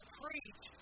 preach